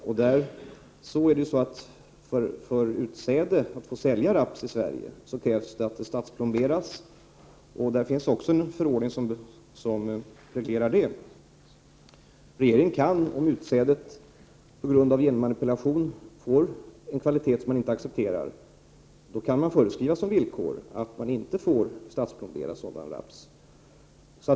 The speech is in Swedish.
För att få sälja raps som utsäde i Sverige krävs att den statsplomberas. Det finns också en förordning som reglerar detta. Om utsädet på grund av genmanipulation får en kvalitet som man inte accepterar, kan regeringen föreskriva som villkor att sådan raps inte får statsplomberas.